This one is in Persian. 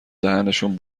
دهنشون